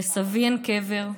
לסבי אין קבר,